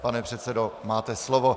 Pane předsedo, máte slovo.